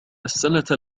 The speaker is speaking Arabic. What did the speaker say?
السنة